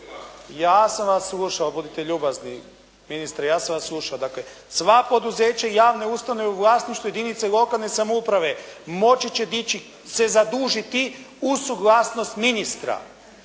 Ja sam vas slušao, budite ljubazni ministre, ja sam vas slušao. Dakle sva poduzeća i javne ustanove u vlasništvu jedinica lokalne samouprave moći će dići, se zadužiti uz suglasnost ministra